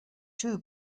two